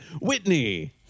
Whitney